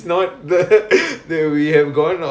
ya then ya